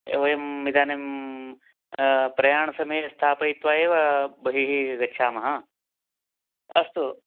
वयम् इदानीं प्रयाणसमये स्थापयित्वा एव बहिः गच्छामः अस्तु